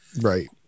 Right